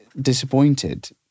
disappointed